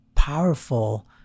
powerful